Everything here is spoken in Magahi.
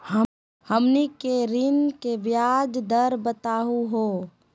हमनी के ऋण के ब्याज दर बताहु हो?